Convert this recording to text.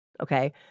Okay